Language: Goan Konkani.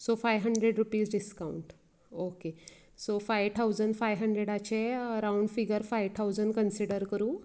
so five hundred rupees discount okay so five thousand five हण्ड्रेडाचे round figure five thousand consider करूं